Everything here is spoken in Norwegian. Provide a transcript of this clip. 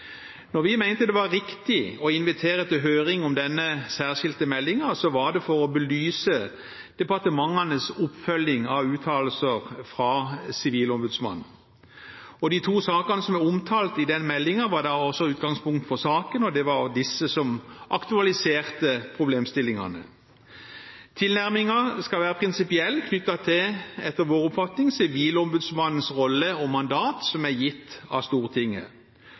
Når vi mente det var riktig å invitere til høring om denne særskilte meldingen, var det for å belyse departementenes oppfølging av uttalelser fra Sivilombudsmannen. De to sakene som er omtalt i den meldingen, var også utgangspunktet for saken, og det var disse som aktualiserte problemstillingene. Tilnærmingen skal være prinsipiell og – etter vår oppfatning – knyttet til Sivilombudsmannens rolle og mandat, som er gitt av Stortinget.